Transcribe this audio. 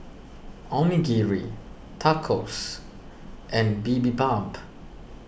Onigiri Tacos and Bibimbap